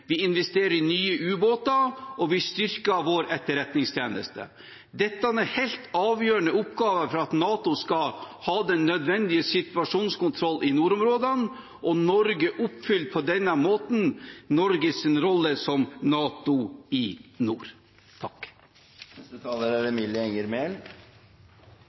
vi investerer i nye kampfly, vi investerer i nye ubåter, og vi styrker vår etterretningstjeneste. Dette er helt avgjørende oppgaver for at NATO skal ha den nødvendige situasjonskontroll i nordområdene, og Norge oppfyller på denne måten sin rolle som NATO i nord. Vi har fått en ny blå-blå regjering som er